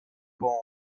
born